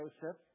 Joseph